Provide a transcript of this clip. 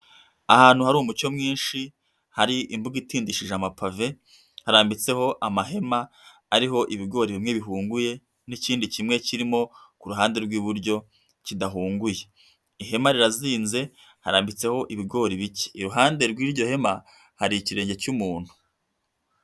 Ahantu hari umucyo mwinshi, hari imbuga itindishije amapave, harambitseho amahema ariho ibigori bimwe bihunguye n'ikindi kimwe kirimo ku ruhande rw'iburyo kidahunguye, ihema rirazinze harambitseho ibigori bicye, iruhande rw'iryo hema hari ikirenge cy'umuntu.